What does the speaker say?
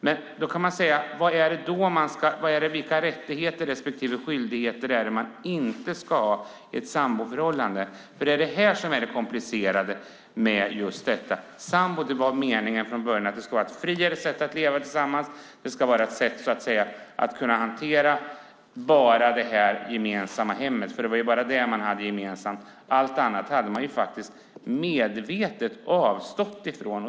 Men vilka rättigheter respektive skyldigheter är det då som man inte ska ha i ett samboförhållande? Det är det komplicerade med just detta. Från början var det meningen att sambo skulle vara ett friare sätt att leva tillsammans. Det skulle vara ett sätt att hantera bara det gemensamma hemmet, vilket var det enda man hade gemensamt. Allt annat hade man medvetet avstått från.